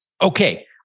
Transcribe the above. Okay